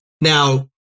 Now